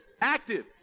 Active